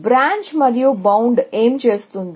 branch మరియు bound ఏమి చేస్తుంది